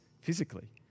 physically